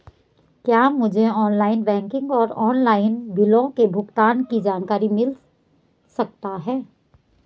क्या मुझे online banking और ऑनलाइन बिलों के भुगतान की जानकारी मिल सकता है?